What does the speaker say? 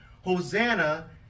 Hosanna